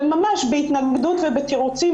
וממש בהתנגדות ובתירוצים,